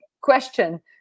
question